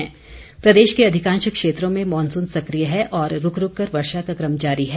मौसम प्रदेश के अधिकांश क्षेत्रों में मॉनसून सक्रिय है और रूक रूक कर वर्षा का क्रम जारी है